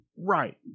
Right